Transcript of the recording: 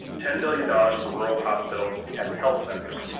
ten billion dollars for rural hospitals and health centers.